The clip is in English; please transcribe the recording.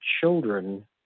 children